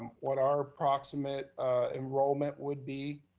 what our approximate enrollment would be,